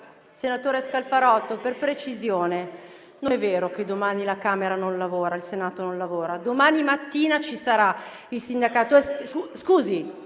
Senatore Scalfarotto, per la precisione non è vero che domani la Camera e il Senato non lavorano. Domani mattina ci sarà il sindacato